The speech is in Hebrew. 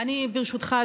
ברשותך,